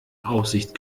aussicht